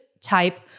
type